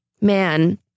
man